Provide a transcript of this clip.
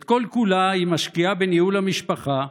את כל-כולה היא משקיעה בניהול המשפחה,